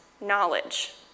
knowledge